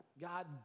God